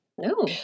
No